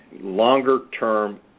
longer-term